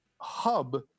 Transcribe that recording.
hub